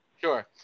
Sure